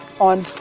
on